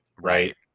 right